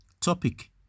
Topic